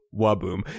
Waboom